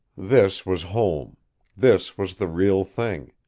this was home this was the real thing.